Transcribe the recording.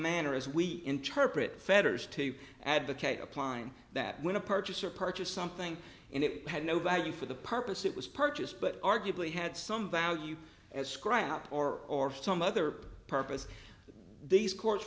manner as we interpret fetters to advocate applying that when a purchaser purchased something and it had no value for the purpose it was purchased but arguably had some value as scrap or or some other purpose these cour